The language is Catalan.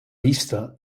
vista